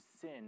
sin